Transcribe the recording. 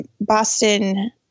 Boston